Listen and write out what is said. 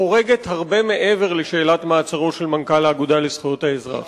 חורגת הרבה מעבר לשאלת מעצרו של מנכ"ל האגודה לזכויות האזרח.